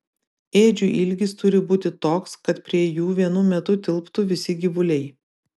ėdžių ilgis turi būti toks kad prie jų vienu metu tilptų visi gyvuliai